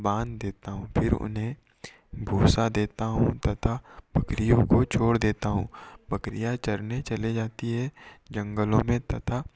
बांध देता हूँ फिर उन्हें भूसा देता हूँ तथा बकरियों को छोड़ देता हूँ बकरियाँ चरने चले जाती हैं जंगलों में तथा